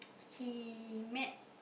he met